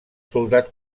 soldat